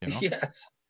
Yes